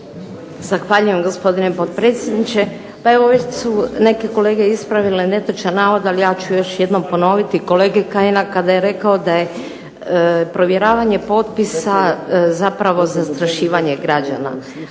Zahvaljujem gospodine potpredsjedniče. Pa evo već su neke kolege ispravile netočan navod, ali ja ću još jednom ponoviti kolege Kajina, kada je rekao da je provjeravanje potpisa zapravo zastrašivanje građana.